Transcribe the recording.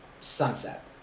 sunset